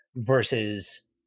Versus